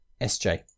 SJ